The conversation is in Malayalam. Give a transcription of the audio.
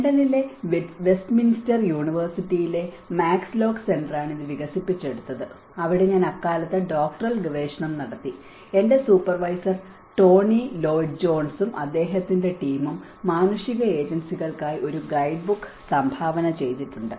ലണ്ടനിലെ വെസ്റ്റ്മിൻസ്റ്റർ യൂണിവേഴ്സിറ്റിയിലെ മാക്സ് ലോക്ക് സെന്റർ ആണ് ഇത് വികസിപ്പിച്ചെടുത്തത് അവിടെ ഞാൻ അക്കാലത്ത് ഡോക്ടറൽ ഗവേഷണം നടത്തി എന്റെ സൂപ്പർവൈസർ ടോണി ലോയ്ഡ് ജോൺസും അദ്ദേഹത്തിന്റെ ടീമും മാനുഷിക ഏജൻസികൾക്കായി ഒരു ഗൈഡ്ബുക്ക് സംഭാവന ചെയ്തിട്ടുണ്ട്